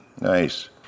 Nice